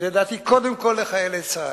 לדעתי, קודם כול לחיילי צה"ל.